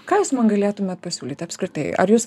ką jūs man galėtumėt pasiūlyt apskritai ar jūs